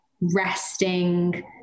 resting